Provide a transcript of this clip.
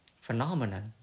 phenomenon